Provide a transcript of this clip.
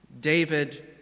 David